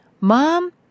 Mom